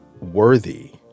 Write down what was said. worthy